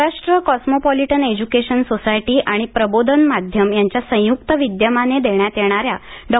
Maharashtra cosmopolitan education society आणि प्रबोधन माध्यम यांच्या संयुक्त विद्यमाने देण्यात येणाऱ्या डॉ